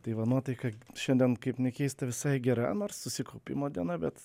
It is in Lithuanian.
tai va nuotaika šiandien kaip nekeista visai gera nors susikaupimo diena bet